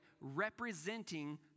representing